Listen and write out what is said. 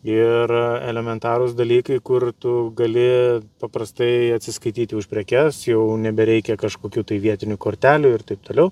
ir elementarūs dalykai kur tu gali paprastai atsiskaityti už prekes jau nebereikia kažkokių tai vietinių kortelių ir taip toliau